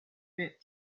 bit